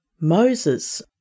Moses